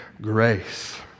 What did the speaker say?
grace